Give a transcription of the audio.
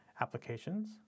Applications